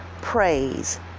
praise